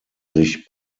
sich